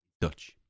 Dutch